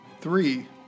Three